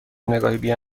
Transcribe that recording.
نگاهی